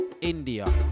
India